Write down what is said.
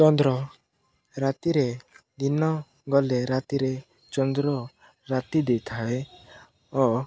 ଚନ୍ଦ୍ର ରାତିରେ ଦିନ ଗଲେ ରାତିରେ ଚନ୍ଦ୍ର ରାତି ଦେଇଥାଏ ଓ